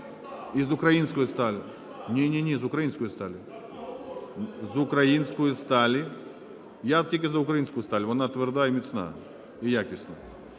Із української сталі. Ні, ні, ні, з української сталі. З української сталі. Я тільки за українську сталь, вона тверда і міцна, і якісна.